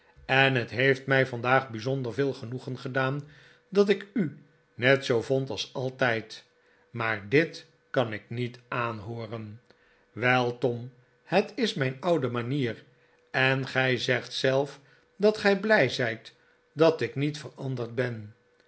en het heeft mij vandaag bijzonder veel genoegen gedaan dat ik u net zoo vond als altijd maar dit kan ik niet aanhooren wel tom het is mijn oude manier en gij zegt zelf dat gij blij zijt dat ik niet veranderd ben